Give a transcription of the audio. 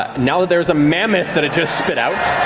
now that there is a mammoth that it just spit out.